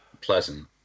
pleasant